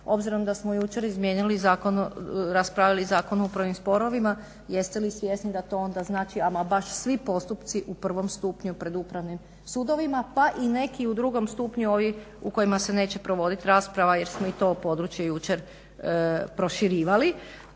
obzirom da smo jučer raspravljali Zakon o upravnim sporovima jeste li svjesni da to onda znači ama baš svi postupci u prvom stupnju pred upravnim sudovima, pa i neki u drugom stupnju u kojima se neće provodi rasprava jer smo i to područje jučer proširivali,